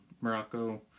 Morocco